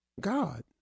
God